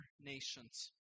nations